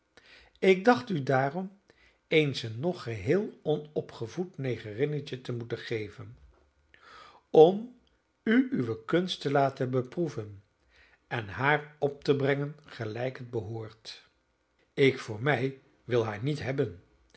ik dacht u daarom eens een nog geheel onopgevoed negerinnetje te moeten geven om u uwe kunst te laten beproeven en haar op te brengen gelijk het behoort ik voor mij wil haar niet hebben